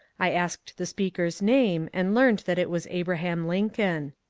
i asked the speaker's name and learned that it was abraham lincoln.